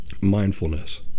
mindfulness